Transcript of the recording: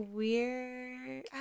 weird